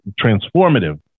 transformative